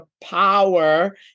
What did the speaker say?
power